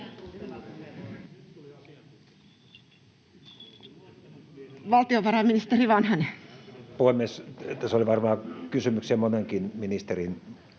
Valtiovarainministeri Vanhanen. Puhemies! Tässä oli varmaan kysymys, semmoinenkin, ministerin